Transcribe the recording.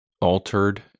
altered